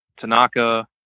Tanaka